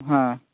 হ্যাঁ